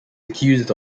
accused